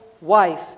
wife